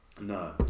No